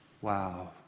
Wow